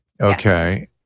Okay